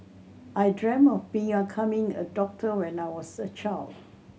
I dreamt of being a coming a doctor when I was a child